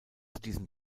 diesem